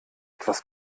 etwas